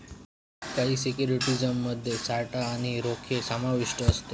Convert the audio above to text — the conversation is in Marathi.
काही सिक्युरिटीज मध्ये साठा आणि रोखे समाविष्ट असत